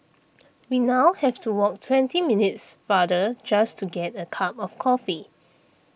we now have to walk twenty minutes farther just to get a cup of coffee